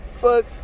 Fuck